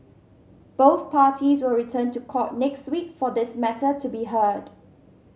both parties will return to court next week for this matter to be heard